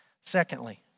Secondly